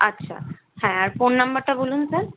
আচ্ছা হ্যাঁ আর ফোন নাম্বারটা বলুন স্যার